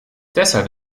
deshalb